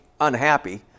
unhappy